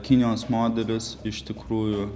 kinijos modelis iš tikrųjų